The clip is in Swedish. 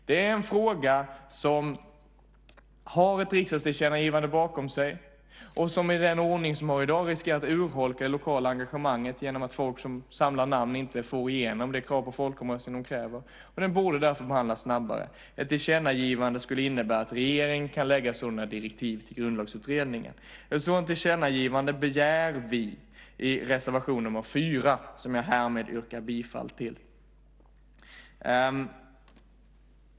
Det är en fråga som har ett riksdagstillkännagivande bakom sig och som i den ordning som man har i dag riskerar att urholka det lokala engagemanget genom att folk som samlar namn inte får igenom det krav på folkomröstning som de ställer. Den borde därför behandlas snabbare. Ett tillkännagivande skulle innebära att regeringen kan lägga sådana direktiv till Grundlagsutredningen. Ett sådant tillkännagivande begär vi i reservation nr 4, som jag härmed yrkar bifall till.